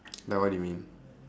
like what do you mean